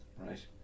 right